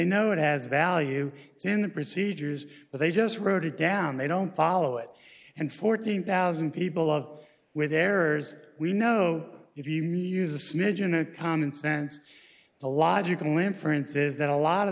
know it has value in the procedures but they just wrote it down they don't follow it and fourteen thousand people of with errors we know if you me use a smidgen of common sense the logical inference is that a lot of